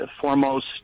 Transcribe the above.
foremost